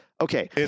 okay